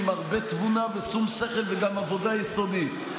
עם הרבה תבונה ושום שכל וגם עבודה יסודית.